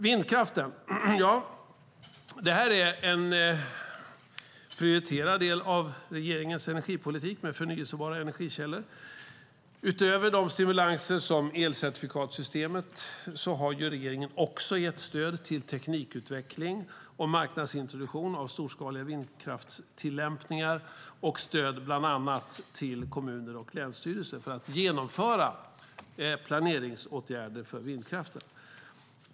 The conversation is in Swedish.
Vindkraften är en prioriterad del av regeringens energipolitik med förnybara energikällor. Utöver stimulanser genom elcertifikatssystemet har regeringen gett stöd till teknikutveckling och marknadsintroduktion av storskaliga vindkraftstillämpningar och stöd till bland annat kommuner och länsstyrelser för att genomföra planeringsinsatser för vindkraften.